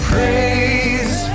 Praise